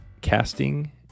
casting